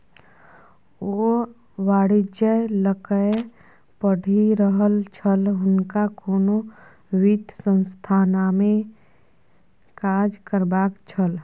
ओ वाणिज्य लकए पढ़ि रहल छल हुनका कोनो वित्त संस्थानमे काज करबाक छल